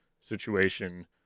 situation